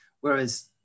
Whereas